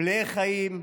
מלאי חיים,